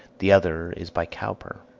the other is by cowper